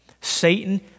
Satan